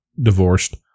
divorced